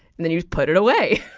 then you put it away.